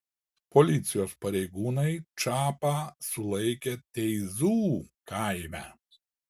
policijos pareigūnai čapą sulaikė teizų kaime